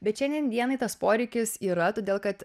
bet šiandien dienai tas poreikis yra todėl kad